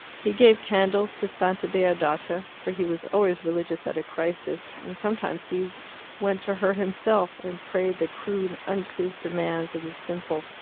he gave candles to santa deodata, for he was always religious at a crisis, and sometimes he went to her himself and prayed the crude uncouth demands of the simple.